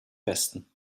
besten